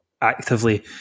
actively